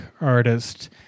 artist